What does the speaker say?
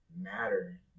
matter